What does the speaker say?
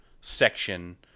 section